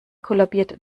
kollabiert